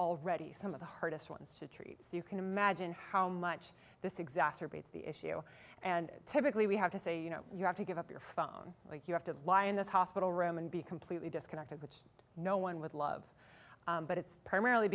already some of the hardest ones to treat so you can imagine how much this exacerbates the issue and typically we have to say you know you have to give up your phone or you have to lie in this hospital room and be completely disconnected which no one would love but it's primarily